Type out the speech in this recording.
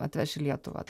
atveš į lietuvą